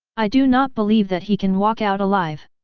i do not believe that he can walk out alive.